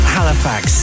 Halifax